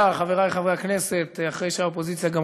(חברת הכנסת אורלי לוי אבקסיס יוצאת מאולם